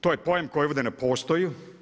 To je pojam koji ovdje ne postoji.